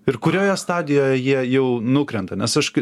ir kurioje stadijoje jie jau nukrenta nes aš